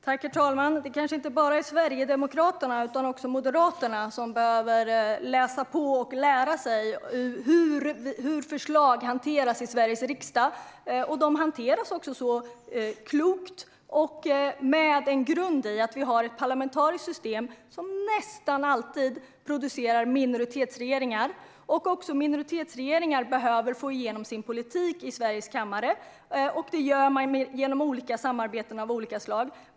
Herr talman! Det är kanske inte bara Sverigedemokraterna utan även Moderaterna som behöver läsa på och lära sig hur förslag hanteras i Sveriges riksdag. De hanteras klokt och med en grund i ett parlamentariskt system, som nästan alltid producerar minoritetsregeringar. Även minoritetsregeringar behöver få igenom sin politik i Sveriges riksdags kammare. Det gör man genom samarbeten av olika slag.